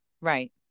Right